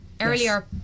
earlier